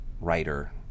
writer